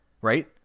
Right